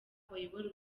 bayobora